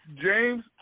James